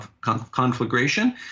conflagration